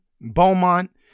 Beaumont